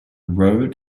road